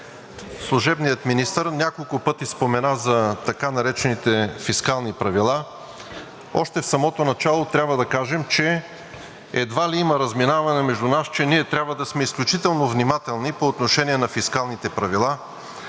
Служебният министър няколко пъти спомена за така наречените фискални правила. Още в самото начало трябва да кажем, че едва ли има разминаване между нас, че ние трябва да сме изключително внимателни по отношение на фискалните правила,